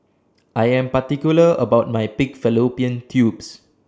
I Am particular about My Pig Fallopian Tubes